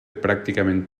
pràcticament